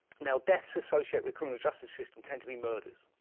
now, deaths associated with criminal justice system tend to be murders.